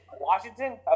Washington